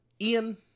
Ian